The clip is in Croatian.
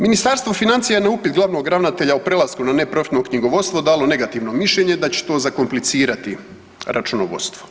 Ministarstvo financija je na upit glavnog ravnatelja o prelasku na neprofitno knjigovodstvo dalo negativno mišljenje da će to zakomplicirati računovodstvo.